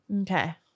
Okay